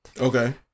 Okay